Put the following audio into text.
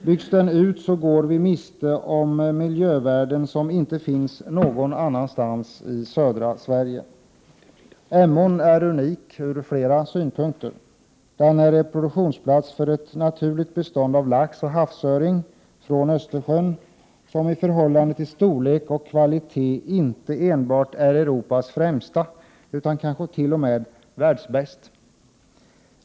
Om den byggs ut, går vi miste om miljövärden som inte finns någon annanstans i södra Sverige. Emån är unik från flera synpunkter. Den är reproduktionsplats för ett naturligt bestånd av lax och havsöring från Östersjön, som när det gäller storlek och kvalitet inte enbart är Europas bästa utan kanske t.o.m. världens bästa.